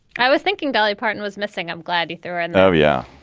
i was thinking dolly parton was missing. i'm glad you threw and oh, yeah,